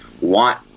want